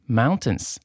mountains